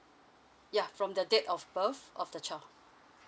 yeah from the date of birth of the child